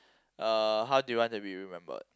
uh how do you want to be remembered